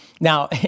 Now